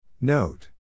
Note